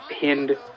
pinned –